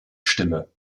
stimme